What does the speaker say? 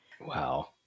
Wow